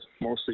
mostly